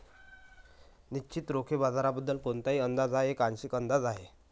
निश्चितच रोखे बाजाराबद्दल कोणताही अंदाज हा एक आंशिक अंदाज आहे